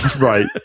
Right